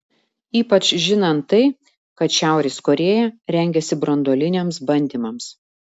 ypač žinant tai kad šiaurės korėja rengiasi branduoliniams bandymams